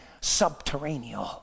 subterranean